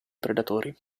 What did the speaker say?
predatori